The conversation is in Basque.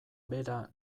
bera